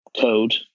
code